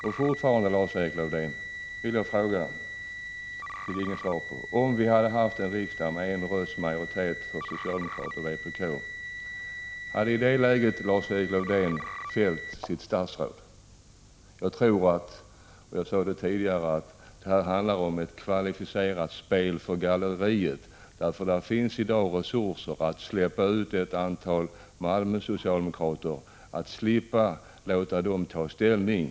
Jag vidhåller min fråga, som jag inte fick något svar på: Om vi hade haft en riksdag med en rösts övervikt för socialdemokraterna och vpk, hade Lars-Erik Lövdén då valt att fälla sitt statsråd? Jag tror — jag sade det tidigare — att det här handlar om ett kvalificerat spel för galleriet; det finns i dag resurser att låta ett antal Malmö-socialdemokra — Prot. 1985/86:155 ter slippa ta ställning.